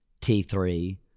T3